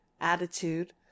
attitude